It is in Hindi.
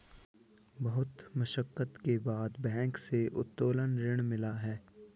बहुत मशक्कत के बाद बैंक से उत्तोलन ऋण मिला है